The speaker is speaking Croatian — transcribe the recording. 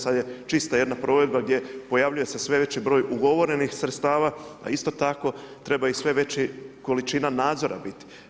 Sad je čista jedna provedba gdje pojavljuje sve veći broj ugovorenih sredstava, a isto tako treba i sve veća količina nadzora biti.